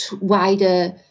wider